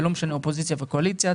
ולא משנה אופוזיציה וקואליציה,